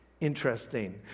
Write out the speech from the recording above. Interesting